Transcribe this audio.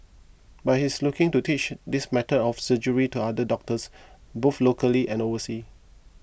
but he is looking to teach this method of surgery to other doctors both locally and overseas